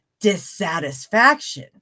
dissatisfaction